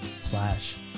slash